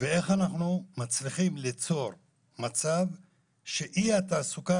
ואיך אנחנו מצליחים ליצור מצב שאי התעסוקה